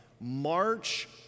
March